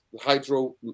hydro